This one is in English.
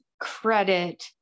credit